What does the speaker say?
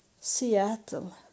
Seattle